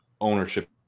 ownership